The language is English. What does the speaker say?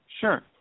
sure